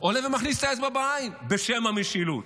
עולה ומכניס את האצבע בעין בשם המשילות.